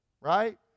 Right